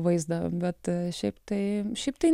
vaizdą bet šiaip taip šiaip taip